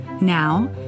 Now